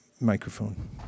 microphone